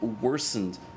worsened